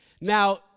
Now